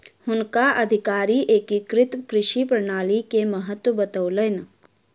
हुनका अधिकारी एकीकृत कृषि प्रणाली के महत्त्व बतौलैन